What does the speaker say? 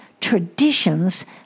traditions